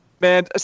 Man